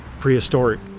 prehistoric